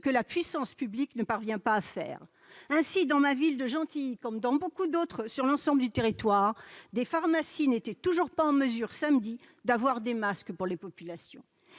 que la puissance publique ne parvient pas à faire. Ainsi, dans ma ville de Gentilly, comme dans beaucoup d'autres sur l'ensemble du territoire, des pharmacies n'étaient toujours pas en mesure, samedi, d'avoir des masques pour les populations